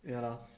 ya lor